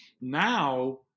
now